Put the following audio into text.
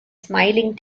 smiling